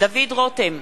דוד רותם,